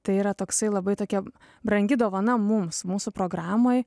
tai yra toksai labai tokia brangi dovana mums mūsų programoj